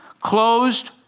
closed